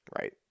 Right